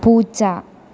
പൂച്ച